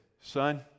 Son